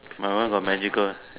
my one got magical